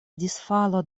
disfalo